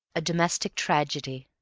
a domestic tragedy